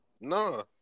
No